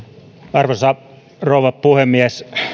arvoisa rouva puhemies